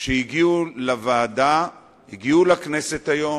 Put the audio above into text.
שהגיעו היום לכנסת לישיבת הוועדה.